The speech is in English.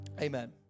Amen